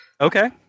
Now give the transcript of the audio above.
Okay